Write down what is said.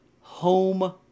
home